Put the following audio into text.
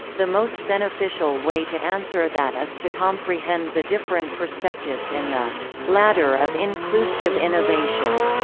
the most beneficial way to answer that is to comprehend the different perspectives in the ladder of inclusive innovation,